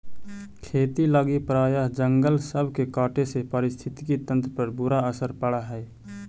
खेती लागी प्रायह जंगल सब के काटे से पारिस्थितिकी तंत्र पर बुरा असर पड़ हई